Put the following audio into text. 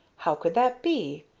how could that be?